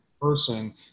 person